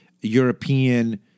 european